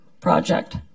project